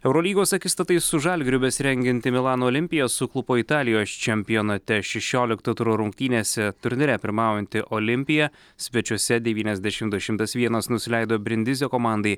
eurolygos akistatai su žalgiriu besirengianti milano olimpija suklupo italijos čempionate šešiolikto turo rungtynėse turnyre pirmaujanti olimpija svečiuose devyniasdešimt du šimtas vienas nusileido brindizė komandai